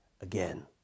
again